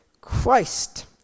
Christ